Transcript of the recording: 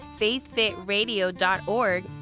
faithfitradio.org